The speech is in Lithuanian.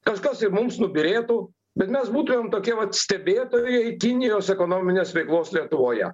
kažkas ir mums nubyrėtų bet mes būtumėm tokie vat stebėtojai kinijos ekonominės veiklos lietuvoje